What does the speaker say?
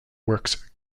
works